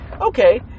okay